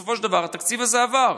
ובסופו של דבר התקציב הזה עבר.